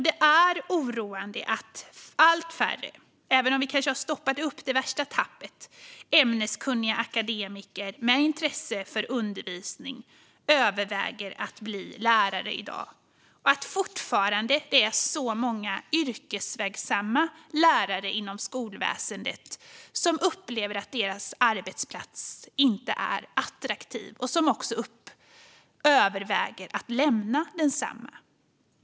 Det är oroande att allt färre, även om vi kanske har stoppat det värsta tappet, ämneskunniga akademiker med intresse för undervisning överväger att bli lärare och att många lärare som i dag är yrkesverksamma inom skolväsendet upplever att deras arbetsplats inte är attraktiv och överväger att lämna densamma.